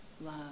love